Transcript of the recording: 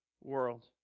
world